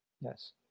Yes